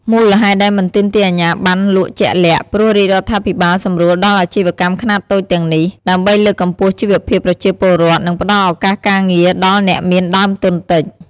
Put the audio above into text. មូលហេតុដែលមិនទាមទារអាជ្ញាប័ណ្ណលក់ជាក់លាក់ ព្រោះរាជរដ្ឋាភិបាលសម្រួលដល់អាជីវកម្មខ្នាតតូចទាំងនេះ ដើម្បីលើកកម្ពស់ជីវភាពប្រជាពលរដ្ឋ និងផ្តល់ឱកាសការងារដល់អ្នកមានដើមទុនតិច។